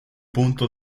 punto